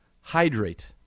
Hydrate